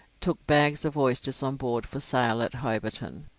took bags of oysters on board for sale at hobarton.